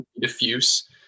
diffuse